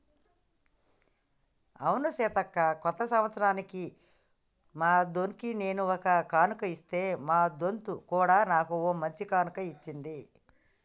అవును సీతక్క కొత్త సంవత్సరానికి మా దొన్కి నేను ఒక కానుక ఇస్తే మా దొంత్ కూడా నాకు ఓ మంచి కానుక ఇచ్చింది